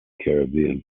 caribbean